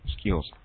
skills